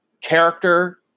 character